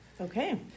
Okay